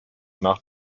nach